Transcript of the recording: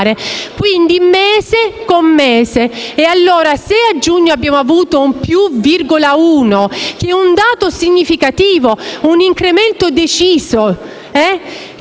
quindi mese con mese. Allora, se a giugno abbiamo avuto un +1,1, che è un dato significativo, un incremento deciso che